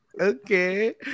Okay